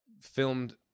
filmed